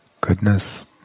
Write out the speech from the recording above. Goodness